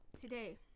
today